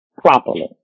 properly